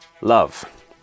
love